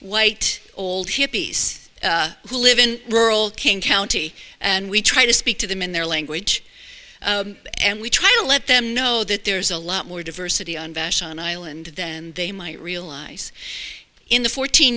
white old hippies who live in rural king county and we try to speak to them in their language and we try to let them know that there's a lot more diversity on vashon island than they might realize in the fourteen